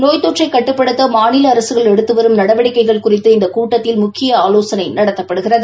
நோய் தொற்றை கட்டுப்படுத்த மாநில அரசுகள் எடுத்து வரும் நடவடிக்கைகள் குறித்து இந்த கூட்டத்தில் முக்கிய ஆலோசனை நடத்தப்படுகிறது